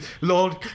Lord